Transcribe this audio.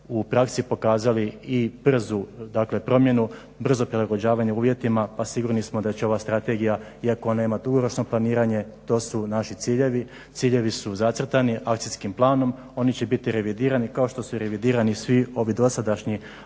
u praksi pokazali i brzu dakle promjenu, brzo prilagođavanje uvjetima pa sigurni smo da će ova strategija iako nema dugoročno planiranje to su naši ciljevi. Ciljevi su zacrtani Akcijskim planom, oni će biti revidirani kao što su revidirani svi ovi dosadašnji